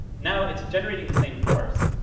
now it's generating the same force,